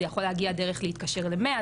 זה יכול להגיע דרך להתקשר ל-100,